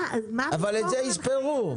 אבל את זה יספרו.